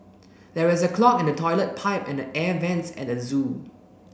there is a clog in the toilet pipe and the air vents at the zoo